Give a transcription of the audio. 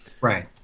right